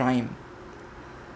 crime